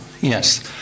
yes